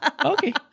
okay